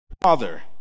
Father